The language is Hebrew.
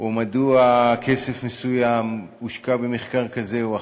או מדוע כסף מסוים הושקע במחקר כזה או אחר,